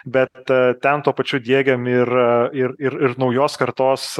bet ten tuo pačiu diegiam ir ir ir ir naujos kartos